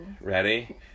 ready